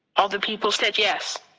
all the people said yes.